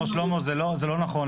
זה לא נכון.